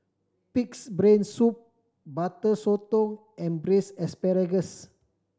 Pig's Brain Soup Butter Sotong and Braised Asparagus